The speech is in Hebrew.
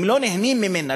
הם לא נהנים ממנה,